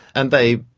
and they,